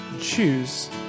choose